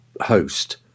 host